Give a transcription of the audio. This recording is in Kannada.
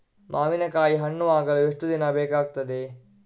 ಮಾವಿನಕಾಯಿ ಹಣ್ಣು ಆಗಲು ಎಷ್ಟು ದಿನ ಬೇಕಗ್ತಾದೆ?